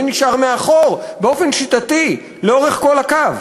מי נשאר מאחור, באופן שיטתי, לאורך כל הקו?